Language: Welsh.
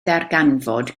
ddarganfod